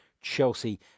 Chelsea